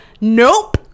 nope